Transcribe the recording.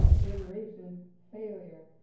iteration, failure,